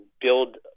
build